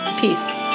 peace